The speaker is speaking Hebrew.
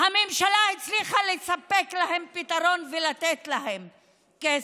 הממשלה הצליחה לספק להם פתרון ולתת להם כסף.